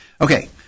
Okay